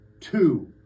Two